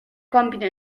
compito